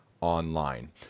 online